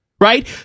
right